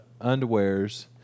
underwears